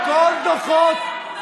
הוא יאבד את הכיסא.